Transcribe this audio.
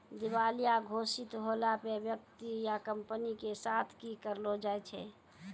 दिबालिया घोषित होला पे व्यक्ति या कंपनी के साथ कि करलो जाय छै?